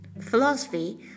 Philosophy